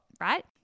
right